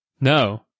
No